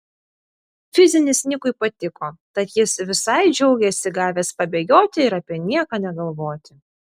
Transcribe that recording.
fizinis nikui patiko tad jis visai džiaugėsi gavęs pabėgioti ir apie nieką negalvoti